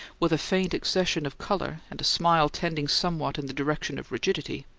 with a faint accession of colour and a smile tending somewhat in the direction of rigidity,